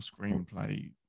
screenplay